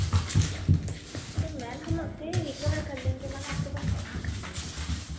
तो मैम हम उससे ही रिकवर कर लेंगे मैम आप तो बस हाँ कहिए